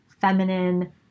feminine